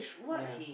ya